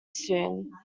soon